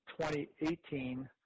2018